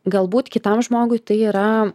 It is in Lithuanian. galbūt kitam žmogui tai yra